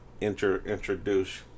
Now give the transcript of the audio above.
introduce